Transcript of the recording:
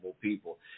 people